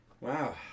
Wow